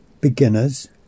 Beginner's